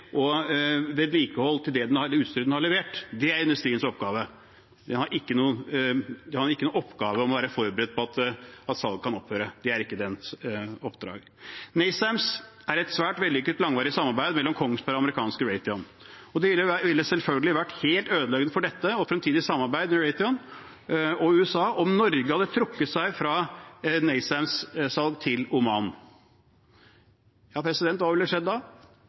og vedlikehold av det utstyret man har levert. Det er industriens oppgave. Den har ikke en oppgave med å være forberedt på at salg kan opphøre. Det er ikke dens oppdrag. NASAMS er et svært vellykket langvarig samarbeid mellom Kongsberg Gruppen og amerikanske Raytheon. Det ville selvfølgelig vært helt ødeleggende for dette og fremtidig samarbeid med Raytheon og USA om Norge hadde trukket seg fra NASAMS-salget til Oman. Hva ville skjedd da? Da ville det vært utenkelig at den amerikanske marinen hadde valgt NSM, Naval Strike Missiles, til sine overflatefartøyer, og da